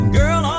girl